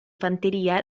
fanteria